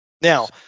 Now